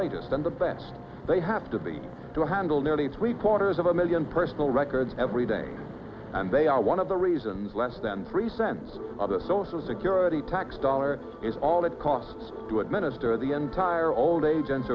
latest and the best they have to be to handle nearly three quarters of a million personal records every day and they are one of the reasons less than three cents of the social security tax dollar is all it costs to administer the entire old age